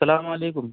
اسلام علیکم